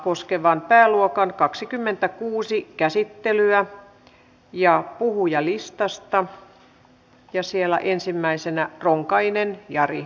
en tiedä oliko tämä nykyisen hallituksen tavoite mutta tältä kuva voi toteutuessaan näyttää